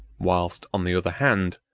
whilst, on the other hand,